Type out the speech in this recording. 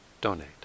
donate